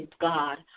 God